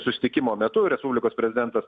susitikimo metu respublikos prezidentas